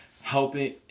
helping